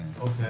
Okay